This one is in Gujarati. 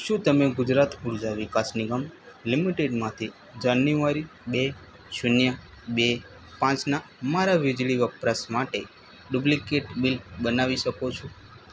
શું તમે ગુજરાત ઊર્જા વિકાસ નિગમ લિમિટેડમાંથી જાન્યુઆરી બે શૂન્ય બે પાંચના મારા વીજળી વપરાશ માટે ડુપ્લિકેટ બિલ બનાવી શકો છો